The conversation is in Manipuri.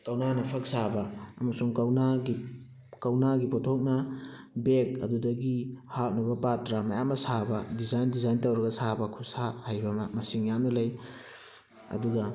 ꯀꯧꯅꯥꯅ ꯐꯛ ꯁꯥꯕ ꯑꯃꯁꯨꯡ ꯀꯧꯅꯥꯒꯤ ꯀꯧꯅꯥꯒꯤ ꯄꯣꯠꯊꯣꯛꯅ ꯕꯦꯛ ꯑꯗꯨꯗꯒꯤ ꯍꯥꯞꯅꯕ ꯄꯥꯇ꯭ꯔ ꯃꯌꯥꯝ ꯑꯃ ꯁꯥꯕ ꯗꯤꯖꯥꯏꯟ ꯗꯤꯖꯥꯏꯟ ꯇꯧꯔꯒ ꯁꯥꯕ ꯈꯠꯁꯥ ꯍꯩꯕ ꯃꯁꯤꯡ ꯌꯥꯝꯅ ꯂꯩ ꯑꯗꯨꯒ